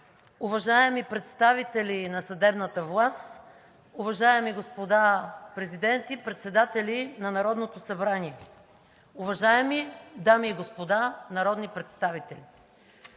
уважаеми представители на съдебната власт, уважаеми господа президенти, председатели на Народното събрание, уважаеми дами и господа народни представители!